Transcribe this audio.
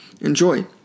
enjoy